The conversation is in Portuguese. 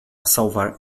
salvar